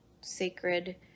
sacred